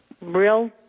Real